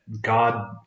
God